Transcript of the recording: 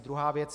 Druhá věc.